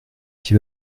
qui